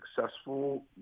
successful